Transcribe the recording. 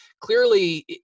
clearly